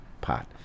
pot